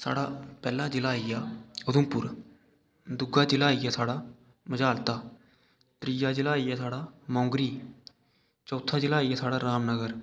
साढ़ा पैह्ला जि'ला आई गेआ उधमपुर दूआ जि'ला आई गेआ साढ़ा मजालता त्रीआ जि'ला आई गेआ साढ़ा मोंगरी चौथा जि'ला आई गेआ साढ़ा रामनगर